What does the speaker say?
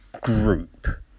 group